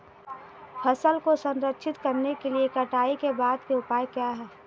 फसल को संरक्षित करने के लिए कटाई के बाद के उपाय क्या हैं?